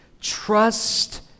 Trust